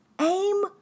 aim